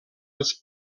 els